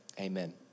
Amen